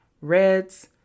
reds